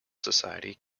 society